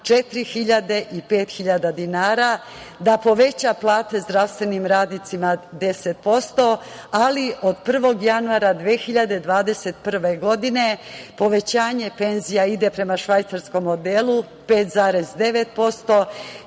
4.000 i 5.000 dinara, da poveća plate zdravstvenim radnicima 10%, ali od 1. januara 2021. godine povećanje penzija ide prema švajcarskom modelu 5,9%.